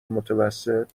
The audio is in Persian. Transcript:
متوسط